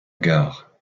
gare